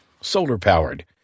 Solar-powered